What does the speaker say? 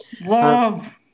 Love